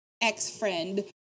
ex-friend